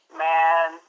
man